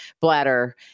bladder